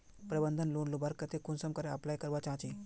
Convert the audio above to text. प्रबंधन लोन लुबार केते कुंसम करे अप्लाई करवा चाँ चची?